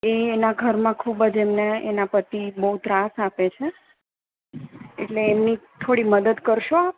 એ એના ઘરમાં ખૂબ જ એમને પતિ બહુ ત્રાસ આપે છે એટલે એમની થોડી મદદ કરશો આપ